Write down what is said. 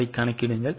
அதை கணக்கிடுங்கள்